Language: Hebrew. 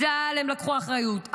צה"ל לקחו אחריות,